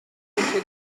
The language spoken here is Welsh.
eisiau